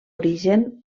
origen